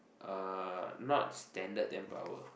uh not standard ten per hour